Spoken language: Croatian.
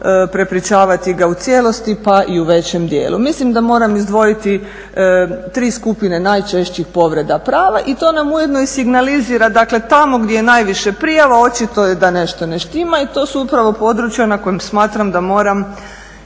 prepričavati ga u cijelosti pa i u većem dijelu. Mislim da moram izdvojiti tri skupine najčešćih povreda prava i to nam ujedno i signalizira, dakle tamo gdje je najviše prijava očito je da nešto ne štima i to su upravo područja na kojima smatram da moram